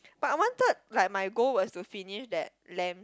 but I wanted like my goal was to finish that LAM~